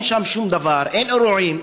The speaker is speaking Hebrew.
אין שם שום דבר, אין אירועים,